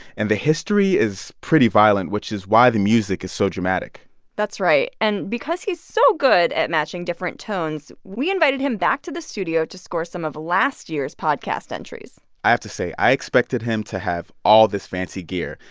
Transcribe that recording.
and the history is pretty violent, which is why the music is so dramatic that's right. and because he's so good at matching different tones, we invited him back to the studio to score some of last year's podcast entries i have to say i expected him to have all this fancy gear,